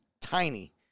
tiny